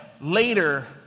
later